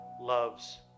loves